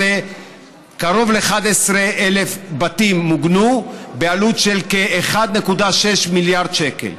קרוב ל-11,000 בתים מוגנו בעלות של כ-1.6 מיליארד שקל.